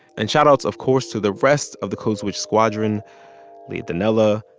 and shoutouts, of course, to the rest of the code switch squadron leah donnella,